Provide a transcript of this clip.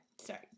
Sorry